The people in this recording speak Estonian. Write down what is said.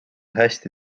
hästi